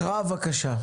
הקראה בבקשה.